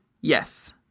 yes